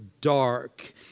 dark